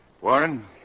Warren